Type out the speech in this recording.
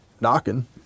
knocking